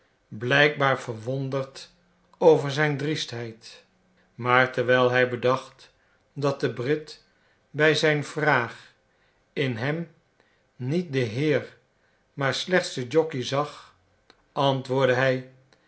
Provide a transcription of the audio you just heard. blijkbaar verwonderd over zijn driestheid maar terwijl hij bedacht dat de brit bij zijn vraag in hem niet den heer maar slechts den jockey zag antwoordde hij